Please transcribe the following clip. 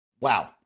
Wow